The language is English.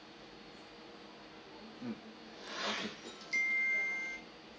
mm